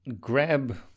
grab